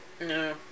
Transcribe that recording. No